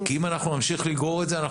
אם נמשיך לגרור את זה,